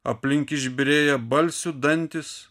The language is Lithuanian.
aplink išbyrėję balsių dantys